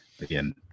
again